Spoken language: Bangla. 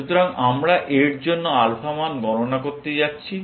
সুতরাং আমরা এর জন্য আলফা মান গণনা করতে যাচ্ছি